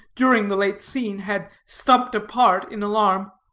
during the late scene, had stumped apart in alarm.